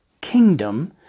kingdom